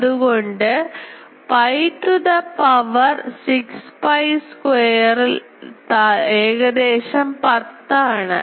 അതുകൊണ്ട് pi to the power 6 pi square താൽ ഏകദേശം 10 ആണ്